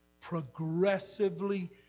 Progressively